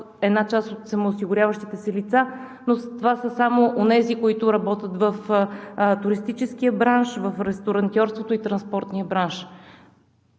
една част от самоосигуряващите се лица, но това са само онези, които работят в туристическия бранш, в ресторантьорството и транспортния бранш.